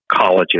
colleges